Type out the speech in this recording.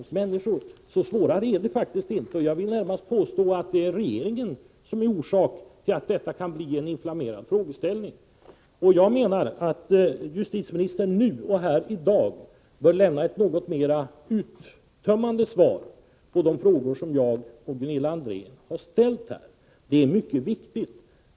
Svårare än så är det faktiskt inte. Jag vill påstå att det närmast är regeringen som är orsak till att detta kan bli en inflammerad frågeställning. Justitieministern bör här i dag lämna ett något mera uttömmande svar på de frågor som jag och Gunilla André har ställt — det är mycket viktigt.